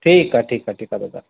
ठीकु आहे ठीकु आहे ठीकु आहे दादा